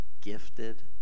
gifted